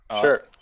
Sure